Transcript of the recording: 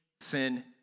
sin